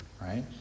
Right